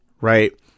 right